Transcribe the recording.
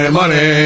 money